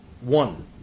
One